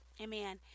Amen